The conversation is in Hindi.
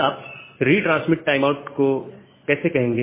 आप इस रिट्रांसमिट टाइम आउट को कैसे कहेंगे